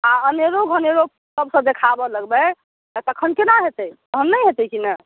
आओर अनेरो घनेरो सभसँ देखाबऽ लगबै तऽ तखन केना हेतै तहन नइ हेतै कि नऽ